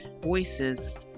voices